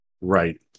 Right